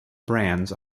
brands